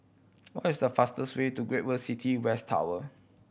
what is the fastest way to Great World City West Tower